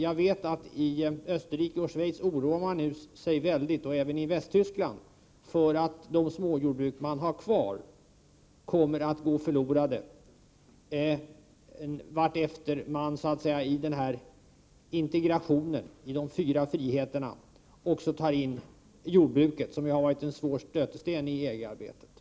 Jag vet att man i Österrike, Schweiz och Västtyskland oroar sig för att de små jordbruken som finns kvar kommer att gå förlorade vartefter man i denna integration, de fyra friheterna, också tar in jordbruket. Jordbruket har ju varit en svår stötesten i EG-arbetet.